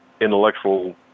intellectual